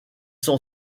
sont